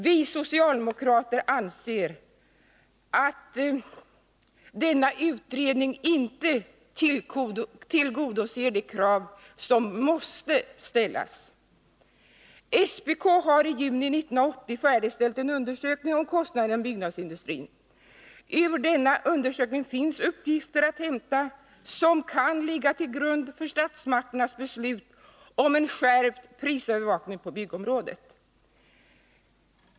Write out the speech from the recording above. Vi socialdemokrater anser att denna utredning inte tillgodoser de krav som måste ställas. SPK har i juni 1980 färdigställt en undersökning om kostnaderna inom byggnadsindustrin. Ur denna undersökning finns uppgifter att hämta som kan ligga till grund för statsmakternas beslut om en skärpt prisövervakning på byggområdet.